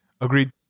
agreed